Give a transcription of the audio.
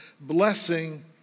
blessing